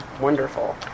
wonderful